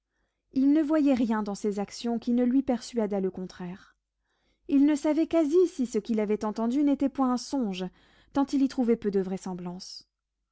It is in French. il ne voyait rien dans ses actions qui ne lui persuadât le contraire il ne savait quasi si ce qu'il avait entendu n'était point un songe tant il y trouvait peu de vraisemblance